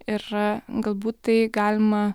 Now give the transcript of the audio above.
ir galbūt tai galima